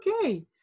Okay